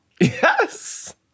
Yes